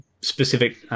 specific